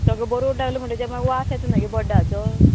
सगळें बोरोड लागलो म्हणटगी ते मागीर वास येता गे बड्डाचो